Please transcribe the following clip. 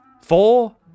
four